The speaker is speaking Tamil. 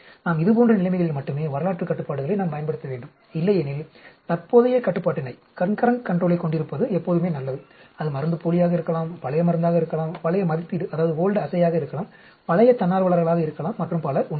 நாம் இதுபோன்ற நிலைமைகளில் மட்டுமே வரலாற்றுக் கட்டுப்பாடுகளை நாம் பயன்படுத்த வேண்டும் இல்லையெனில் தற்போதைய கட்டுப்பாட்டினைக் கொண்டிருப்பது எப்போதுமே நல்லது அது மருந்துப்போலியாக இருக்கலாம் பழைய மருந்தாக இருக்கலாம் பழைய மதிப்பீடாக இருக்கலாம் பழைய தன்னார்வலர்களாக இருக்கலாம் மற்றும் பல உண்மையில்